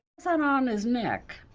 so on on his neck?